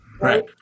right